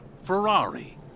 Ferrari